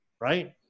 right